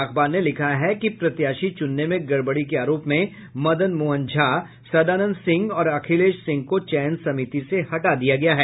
अखबार ने लिखा है कि प्रत्याशी चुनने में गड़बड़ी के आरोप में मदन मोहन झा सदानंद सिंह और अखिलेश सिंह को चयन समिति से हटा दिया गया है